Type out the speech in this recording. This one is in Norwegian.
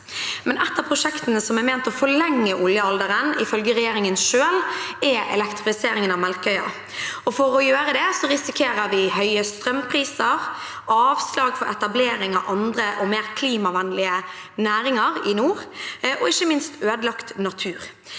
men et av prosjektene som er ment å forlenge oljealderen, ifølge regjeringen selv, er elektrifiseringen av Melkøya. Ved å gjøre det risikerer vi høye strømpriser, avslag for etablering av andre og mer klimavennlige næringer i nord og ikke minst ødelagt natur.